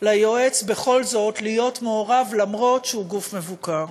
ליועץ בכל זאת להיות מעורב, אף שהוא גוף מבוקר.